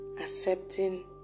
accepting